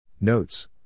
Notes